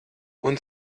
und